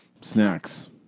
Snacks